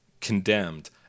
condemned